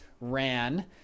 ran